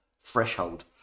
threshold